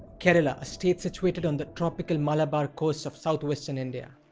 kerala, a state situated on the tropical malabar coast of southwestern india,